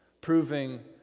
proving